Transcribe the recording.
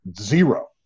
Zero